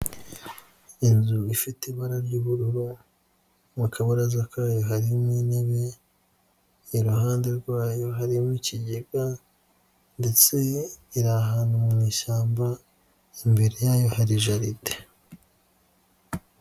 Inzu ifite ibara ry'ubururu mu kabaraza kayo harimo intebe, iruhande rwayo harimo ikigega ndetse iri ahantu mu ishyamba, imbere yayo hari jaride.